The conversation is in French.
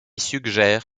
suggère